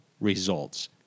results